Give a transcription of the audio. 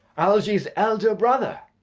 algy's elder brother!